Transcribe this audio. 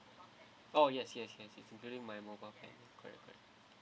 orh yes yes yes including my mobile plan correct correct